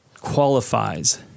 qualifies